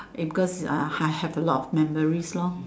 is because I have a lot of memories lor